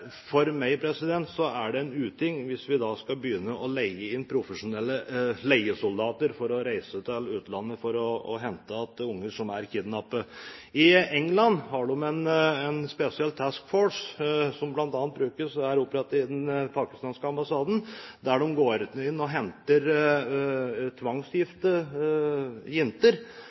For meg er det en uting hvis vi skal begynne å leie inn profesjonelle leiesoldater som reiser til utlandet for å hente tilbake barn som er kidnappet. I England har de en spesiell «task force», som bl.a. er operativ ved den pakistanske ambassaden, og som går inn og henter